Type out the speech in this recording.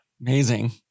Amazing